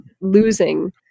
losing